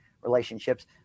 relationships